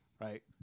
right